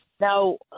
Now